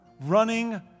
running